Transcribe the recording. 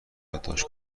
یادداشت